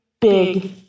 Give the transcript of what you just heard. big